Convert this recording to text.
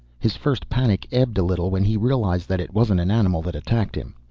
his first panic ebbed a little when he realized that it wasn't an animal that attacked him.